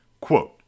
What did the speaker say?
Quote